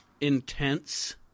intense